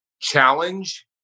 challenge